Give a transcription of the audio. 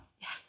yes